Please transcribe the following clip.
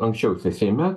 anksčiau seime